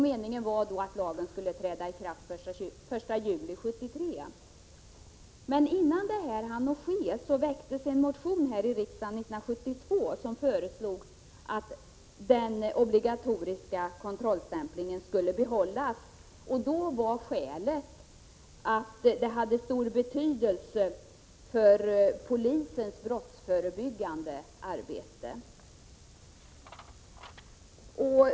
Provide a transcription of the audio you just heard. Meningen var att lagen skulle träda i kraft den 1 juli 1973, men innan det hann ske väcktes en motion i riksdagen 1972, i vilken man föreslog att den obligatoriska kontrollstämplingen skulle behållas. Då var skälet att det hade stor betydelse för polisens brottsförebyggande arbete.